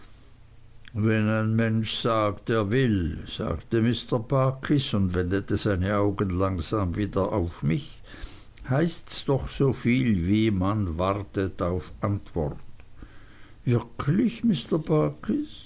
wenn ein mensch sagt er will sagte mr barkis und wendete seine augen langsam wieder auf mich heißts doch soviel wie man wartet auf antwort wirklich